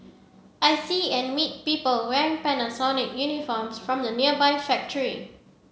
I see and meet people wearing Panasonic uniforms from the nearby factory